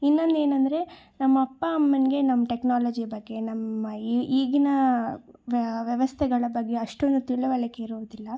ಇನ್ನೊಂದು ಏನಂದರೆ ನಮ್ಮ ಅಪ್ಪ ಅಮ್ಮನಿಗೆ ನಮ್ಮ ಟೆಕ್ನಾಲಜಿ ಬಗ್ಗೆ ನಮ್ಮ ಈ ಈಗಿನ ವ್ಯವಸ್ಥೆಗಳ ಬಗ್ಗೆ ಅಷ್ಟೊಂದು ತಿಳಿವಳಿಕೆ ಇರುವುದಿಲ್ಲ